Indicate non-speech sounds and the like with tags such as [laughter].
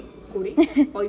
[laughs]